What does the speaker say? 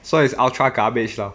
so is ultra garbage lah